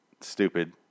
stupid